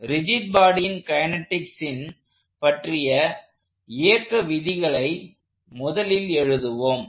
rigid பாடியின் கைனெடிக்ஸின் பற்றிய இயக்க விதிகளை முதலில் எழுதுவோம்